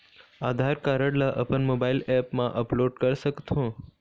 आधार card ला अपन mobile app मा अपलोड कर सकथों?